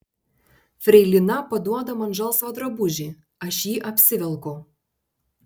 freilina paduoda man žalsvą drabužį aš jį apsivelku